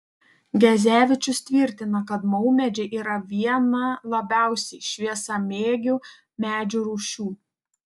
gezevičius tvirtina kad maumedžiai yra viena labiausiai šviesamėgių medžių rūšių